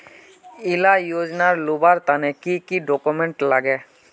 इला योजनार लुबार तने की की डॉक्यूमेंट लगे?